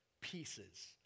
pieces